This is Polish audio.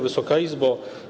Wysoka Izbo!